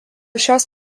šios